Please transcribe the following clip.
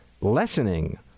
lessening